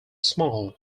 small